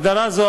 הגדרה זו,